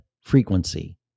frequency